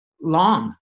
long